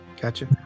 Gotcha